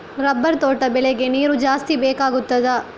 Rubber ತೋಟ ಬೆಳೆಗೆ ನೀರು ಜಾಸ್ತಿ ಬೇಕಾಗುತ್ತದಾ?